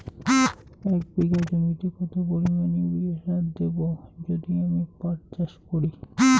এক বিঘা জমিতে কত পরিমান ইউরিয়া সার দেব যদি আমি পাট চাষ করি?